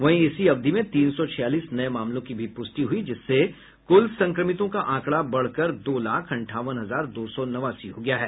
वहीं इसी अवधि में तीन सौ छियालीस नये मामलों की भी पुष्टि हुई जिससे कुल संक्रमितों का आंकड़ा बढ़कर दो लाख अंठावन हजार दो सौ नवासी हो गया है